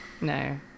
no